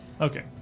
Okay